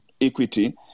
equity